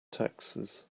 taxes